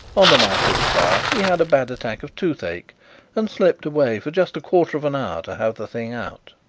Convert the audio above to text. on the night of the fire he had a bad attack of toothache and slipped away for just a quarter of an hour to have the thing out.